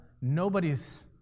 nobody's